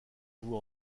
vous